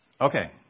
Okay